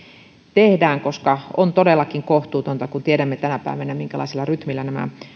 tehdään koska on todellakin kohtuutonta kun tiedämme tänä päivänä minkälaisella rytmillä nämä